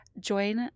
join